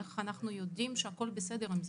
איך אנחנו יודעים שהכול בסדר עם זה,